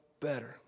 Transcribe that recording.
better